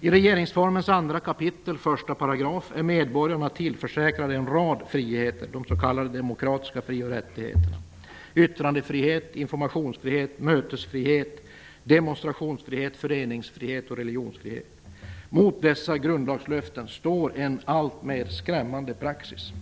I regeringsformens 2 kap. 1 § är medborgarna tillförsäkrade en rad friheter, de s.k. demokratiska fri och rättigheterna: yttrandefrihet, informationsfrihet, mötesfrihet, demonstrationsfrihet, föreningsfrihet och religionsfrihet. Mot dessa grundlagslöften står en alltmer skrämmande praxis.